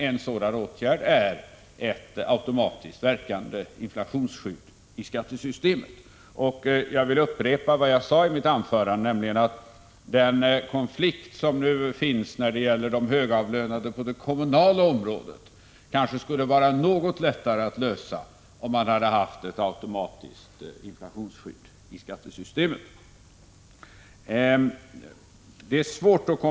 En sådan åtgärd är införande av ett automatiskt verkande inflationsskydd i skattesystemet. Jag vill upprepa vad jag sade i mitt anförande, nämligen att den nuvarande konflikten för högavlönade på det kommunala området kanske skulle vara något lättare att lösa, om man hade haft ett automatiskt verkande inflationsskydd i skattesystemet.